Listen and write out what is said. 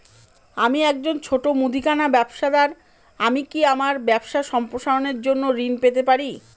আমি একজন ছোট মুদিখানা ব্যবসাদার আমি কি আমার ব্যবসা সম্প্রসারণের জন্য ঋণ পেতে পারি?